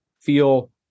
feel